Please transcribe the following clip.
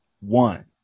one